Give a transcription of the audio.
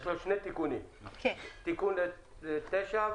יש שני תיקונים 9 ו-10.